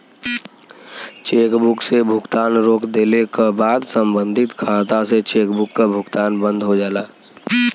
chequebook से भुगतान रोक देले क बाद सम्बंधित खाता से चेकबुक क भुगतान बंद हो जाला